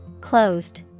Closed